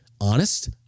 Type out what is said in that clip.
honest